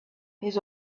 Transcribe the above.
his